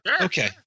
Okay